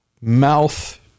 mouth